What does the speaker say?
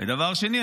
ודבר שני,